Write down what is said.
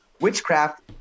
witchcraft